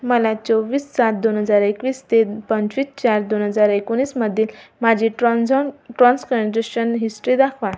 मला चोवीस सात दोन हजार एकवीस ते द् पंचवीस चार दोन हजार एकोणीसमधील माझी ट्रान्झाॅन ट्राॅन्झट्राॅन्झीशन हिस्ट्री दाखवा